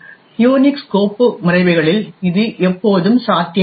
Unix கோப்பு முறைமைகளில் இது எப்போதும் சாத்தியமில்லை